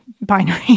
binary